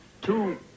two